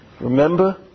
Remember